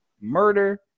murder